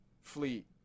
fleet